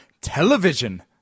television